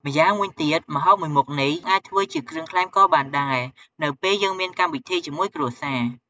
ម្យាងវិញទៀតម្ហូបមួយមុខនេះអាចធ្វើជាគ្រឿងក្លែមក៏បានដែរ នៅពេលយើងមានកម្មវិធីជាមួយគ្រួសារ។